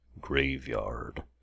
Graveyard